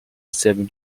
seven